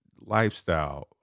lifestyle